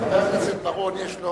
חבר הכנסת בר-און יש לו